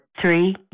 three